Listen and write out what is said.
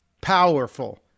Powerful